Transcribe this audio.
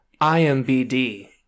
IMBD